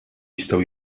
jistgħu